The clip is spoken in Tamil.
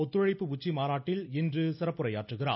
ஒத்துழைப்பு உச்சிமாநாட்டில் இன்று சிறப்புரை ஆற்றுகிறார்